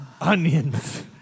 Onions